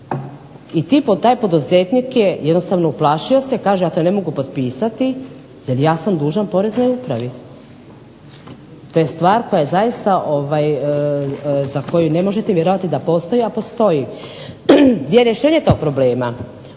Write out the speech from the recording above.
I taj poduzetnik je jednostavno uplašio se, kaže ja to ne mogu potpisati jer ja sam dužan Poreznoj upravi. To je stvar koja je zaista za koju ne možete vjerovati da postoji, a postoji. Gdje je rješenje tog problema?